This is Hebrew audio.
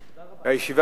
אם ירצה השם,